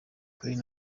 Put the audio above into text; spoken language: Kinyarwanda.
claire